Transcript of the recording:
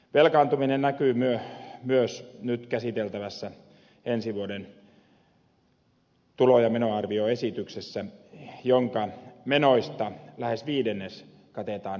velkaantuminen näkyy myös nyt käsiteltävässä ensi vuoden tulo ja menoarvioesityksessä jonka menoista lähes viidennes katetaan velkarahalla